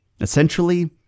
Essentially